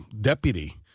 deputy